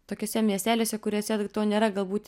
tokiuose miesteliuose kuriuose to nėra galbūt